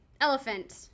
Elephant